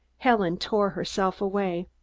helen tore herself away.